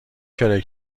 کرایه